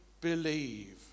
believe